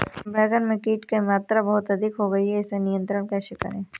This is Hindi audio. बैगन में कीट की मात्रा बहुत अधिक हो गई है इसे नियंत्रण कैसे करें?